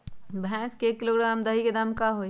भैस के एक किलोग्राम दही के दाम का होई?